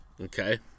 Okay